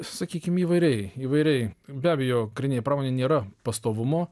sakykim įvairiai įvairiai be abejo karinėj pramonėj nėra pastovumo